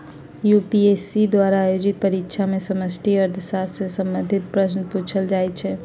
UPSC द्वारा आयोजित परीक्षा में समष्टि अर्थशास्त्र से संबंधित प्रश्न पूछल जाइ छै